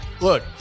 look